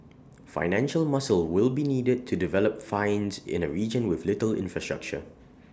financial muscle will be needed to develop finds in A region with little infrastructure